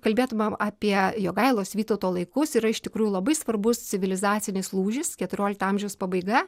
kalbėtumėm apie jogailos vytauto laikus yra iš tikrųjų labai svarbus civilizacinis lūžis keturiolikto amžiaus pabaiga